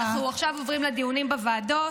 אנחנו עוברים עכשיו לדיונים בוועדות.